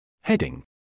Heading